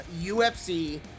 UFC